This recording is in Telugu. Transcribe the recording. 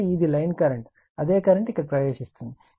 కాబట్టి ఇది లైన్ కరెంట్ అదే కరెంట్ ఇక్కడ ప్రవేశిస్తుంది